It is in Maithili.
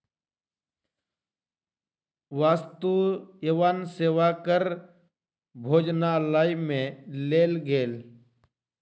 वस्तु एवं सेवा कर भोजनालय में लेल गेल